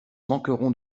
manqueront